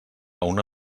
una